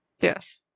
Yes